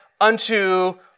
unto